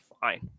fine